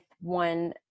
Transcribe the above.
one